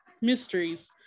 mysteries